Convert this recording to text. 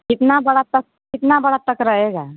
कितना बड़ा तक कितना बड़ा तक रहेगा